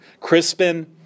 Crispin